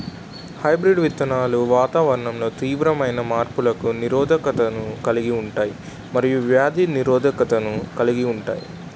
hybrid విత్తనాలు వాతావరణంలో తీవ్రమైన మార్పులకు నిరోధకతను కలిగి ఉంటాయి మరియు వ్యాధి నిరోధకతను కలిగి ఉంటాయి